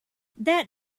that